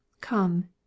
Come